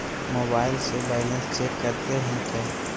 Mobile से balance check करते हैं क्या?